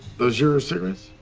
those your cigarettes?